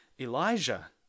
Elijah